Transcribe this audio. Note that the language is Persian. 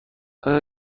آیا